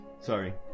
Sorry